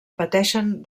pateixen